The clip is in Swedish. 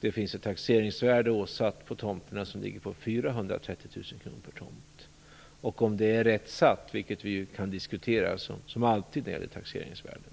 Det finns ett taxeringsvärde åsatt tomterna som ligger på 430 000 kr per tomt. Om det är rätt satt, vilket vi som alltid när det gäller taxeringsvärden kan